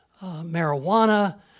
marijuana